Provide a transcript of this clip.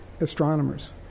astronomers